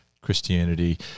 Christianity